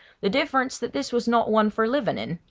the difference that this was not one for living in,